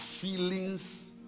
feelings